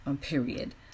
period